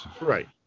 Right